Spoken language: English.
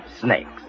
snakes